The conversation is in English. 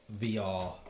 vr